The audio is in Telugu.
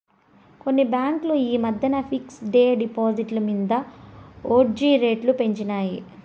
కొన్ని బాంకులు ఈ మద్దెన ఫిక్స్ డ్ డిపాజిట్ల మింద ఒడ్జీ రేట్లు పెంచినాయి